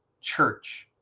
church